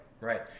right